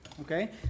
okay